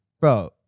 bro